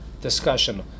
discussion